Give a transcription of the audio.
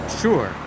Sure